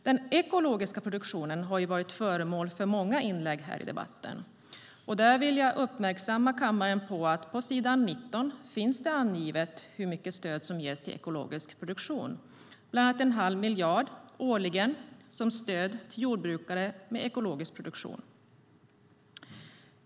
Den ekologiska produktionen har varit föremål för många inlägg här i debatten. Jag vill uppmärksamma kammaren på att det på s. 19 finns angivet hur mycket stöd som ges till ekologisk produktion, bland annat en halv miljard årligen som stöd till jordbrukare med ekologisk produktion.